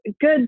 good